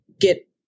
get